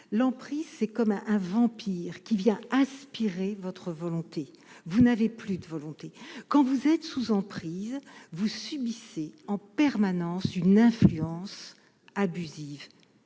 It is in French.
l'emprise, c'est comme un vampire qui vient aspirer votre volonté, vous n'avez plus de volonté quand vous êtes sous emprise vous subissez en permanence une influence abusive